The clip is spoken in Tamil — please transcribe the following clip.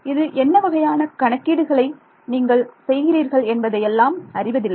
இது என்ன வகையான கணக்கீடுகளை நீங்கள் செய்கிறீர்கள் என்பதையெல்லாம் அறிவதில்லை